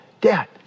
dad